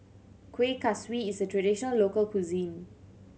Kueh Kaswi is a traditional local cuisine